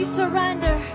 surrender